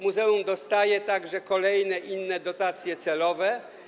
Muzeum dostaje także kolejne inne dotacje celowe.